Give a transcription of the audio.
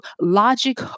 logic